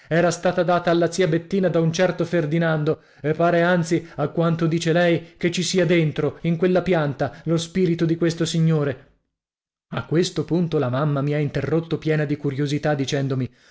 era stata data alla zia bettina da un certo ferdinando e pare anzi a quanto dice lei che ci sia dentro in quella pianta lo spirito di questo signore a questo punto la mamma mi ha interrotto piena di curiosità dicendomi